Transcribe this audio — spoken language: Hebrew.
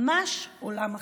ממש עולם אחר.